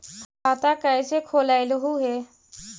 खाता कैसे खोलैलहू हे?